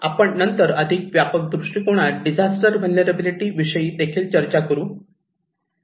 आपण नंतर अधिक व्यापक दृष्टीकोनात डिझास्टर व्हलनेरलॅबीलीटी विषयी देखील चर्चा करू